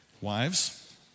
Wives